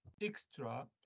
extra